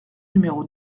numéro